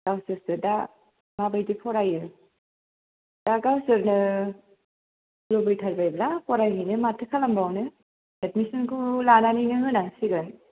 गावसोरसो दा मा बायदि फरायो दा गावसोरनो लुबैथारबायब्ला फरायहैनो माथो खालामबावनो एडमिसनखौ लानानैनो होनांसिगोन